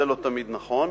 זה לא תמיד נכון,